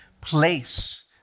place